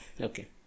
okay